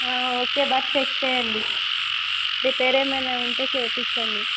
okay but check చేయండి repair ఏమైనా ఉంటే చేపించండి